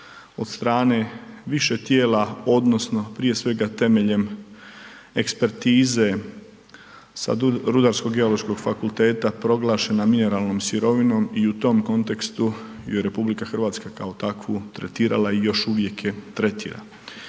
od strane više tijela odnosno prije svega temeljem ekspertize sa Rudarsko geološkog fakulteta proglašena mineralnom sirovinom i u tom kontekstu ju je RH kao takvu tretirala i još uvijek je tretira.